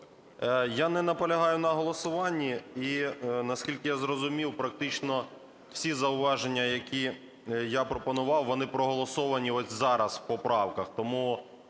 Я не наполягаю на голосуванні. І, наскільки я зрозумів, практично всі зауваження, які я пропонував, вони проголосовані от зараз в поправках.